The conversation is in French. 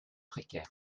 précaires